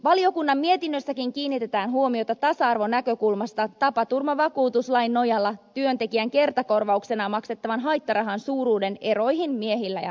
valiokunnan mietinnössäkin kiinnitetään huomiota tasa arvonäkökulmasta tapaturmavakuutuslain nojalla työntekijän kertakorvauksena maksettavan haittarahan suuruuden eroihin miehillä ja naisilla